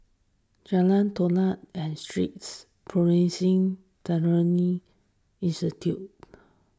Jalan Todak and Streets Bioprocessing Technology Institute